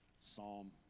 psalm